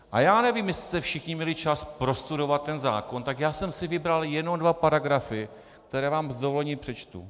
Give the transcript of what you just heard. A já nevím, jestli jste všichni měli čas prostudovat ten zákon, tak já jsem si vybral jenom dva paragrafy, které vám s dovolením přečtu.